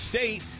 State